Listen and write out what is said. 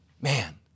Man